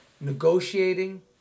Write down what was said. negotiating